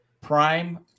prime